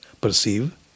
perceive